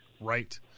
Right